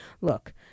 look